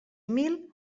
mil